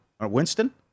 Winston